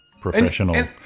professional